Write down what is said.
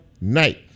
night